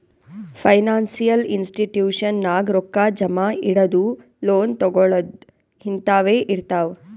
financial institution ನಾಗ್ ರೊಕ್ಕಾ ಜಮಾ ಇಡದು, ಲೋನ್ ತಗೋಳದ್ ಹಿಂತಾವೆ ಇರ್ತಾವ್